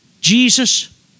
Jesus